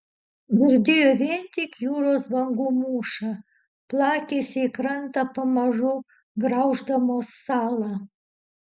girdėjo vien tik jūros bangų mūšą plakėsi į krantą pamažu grauždamos salą